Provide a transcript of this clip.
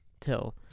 till